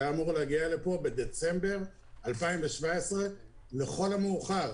שהיה אמור להגיע לפה בדצמבר 2017 לכל המאוחר,